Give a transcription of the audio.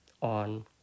on